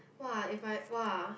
!wah! if I !wah!